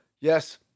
Yes